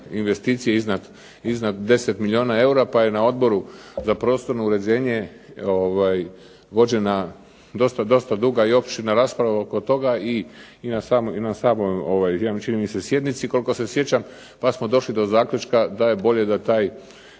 investicije iznad 10 milijuna eura, pa je na Odboru za prostorno uređenje vođena dosta duga i opširna rasprava oko toga i na samoj čini mi se sjednici koliko se sjećam, pa smo došli do zaključka da je bolje da taj,